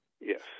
yes